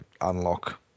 unlock